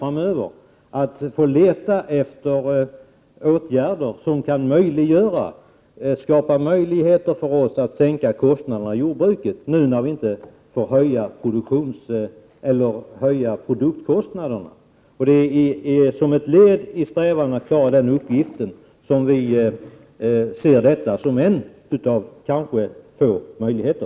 Framöver kommer vi att få leta efter sådant som ger oss möjligheter att sänka kostnaderna i jordbruket — i synnerhet som vi inte får höja produktkostnaderna. Som ett led isträvandena att klara den uppgiften ser vi det jag här har redogjort för som en av kanske få möjligheter.